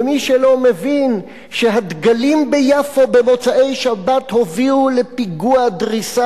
ומי שלא מבין שהדגלים ביפו במוצאי שבת הובילו לפיגוע הדריסה